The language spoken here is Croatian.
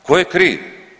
Tko je kriv?